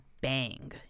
bang